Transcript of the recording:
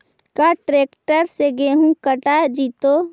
का ट्रैक्टर से गेहूं कटा जितै?